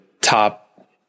top